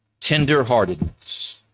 tenderheartedness